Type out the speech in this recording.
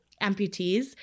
Amputees